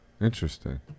Interesting